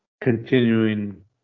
continuing